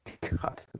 God